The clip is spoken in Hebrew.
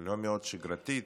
לא מאוד שגרתית.